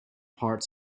parts